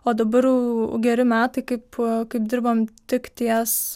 o dabar jau geri metai kaip kaip dirbam tik ties